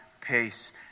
pace